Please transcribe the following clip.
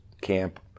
camp